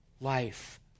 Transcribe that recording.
life